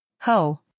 Ho